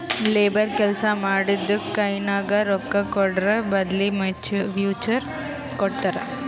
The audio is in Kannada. ಲೇಬರ್ ಕೆಲ್ಸಾ ಮಾಡಿದ್ದುಕ್ ಕೈನಾಗ ರೊಕ್ಕಾಕೊಡದ್ರ್ ಬದ್ಲಿ ವೋಚರ್ ಕೊಡ್ತಾರ್